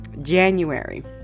January